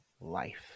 life